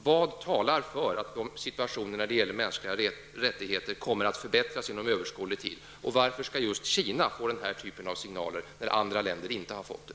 Vad talar för att situationen när det gäller de mänskliga rättigheterna kommer att förbättras under överskådlig tid? Varför skall just Kina få denna typ av signaler när andra länder inte har fått det?